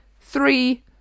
three